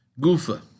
Gufa